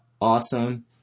awesome